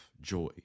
joy